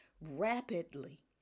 rapidly